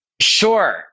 Sure